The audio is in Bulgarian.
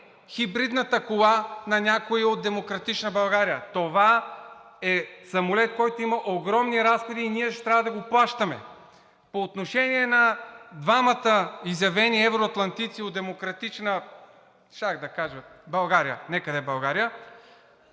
хибридната кола на някой от „Демократична България“. Това е самолет, който има огромни разходи, и ние ще трябва да плащаме. По отношение на двамата изявени евроатлантици от Демократична – щях да кажа България,